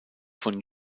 von